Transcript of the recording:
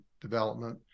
development